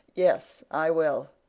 yes, i will.